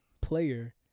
player